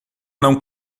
não